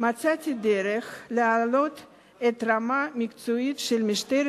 מצאתי דרך להעלות את הרמה המקצועית של משטרת